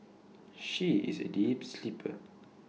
she is A deep sleeper